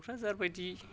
कक्राझार बायदि